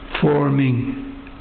forming